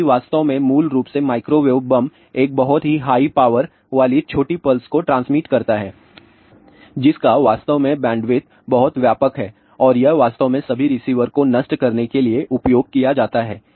यदि यह वास्तव में मूल रूप से माइक्रोवेव बम एक बहुत ही हाई पावर वाली छोटी पल्स को ट्रांसमिट करता है जिसका वास्तव में बैंडविड्थ बहुत व्यापक है और यह वास्तव में सभी रिसीवर को नष्ट करने के लिए उपयोग किया जाता है